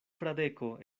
fradeko